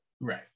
Right